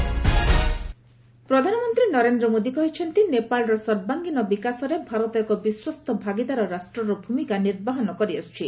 PM Nepal ICP ପ୍ରଧାନମନ୍ତ୍ରୀ ନରେନ୍ଦ୍ର ମୋଦି କହିଛନ୍ତି ନେପାଳର ସର୍ବାଙ୍ଗୀନ ବିକାଶରେ ଭାରତ ଏକ ବିଶ୍ୱସ୍ତ ଭାଗିଦାର ରାଷ୍ଟ୍ରର ଭୂମିକା ନିର୍ବାହନ କରିଆସ୍କୁଛି